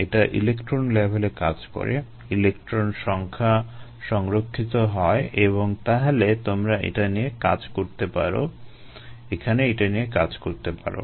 এটা ইলেক্ট্রন লেভেলে কাজ করে ইলেক্ট্রন সংখ্যা সংরক্ষিত হয় এবং তাহলে তোমরা এটা নিয়ে কাজ করতে পারো এখানে এটা নিয়ে কাজ করতে পারো